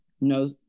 no